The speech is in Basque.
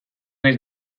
naiz